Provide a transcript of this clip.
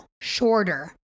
shorter